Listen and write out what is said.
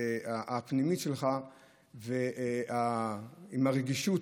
הפנימית שלך עם הרגישות.